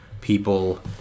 people